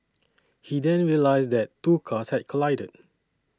he then realised that two cars had collided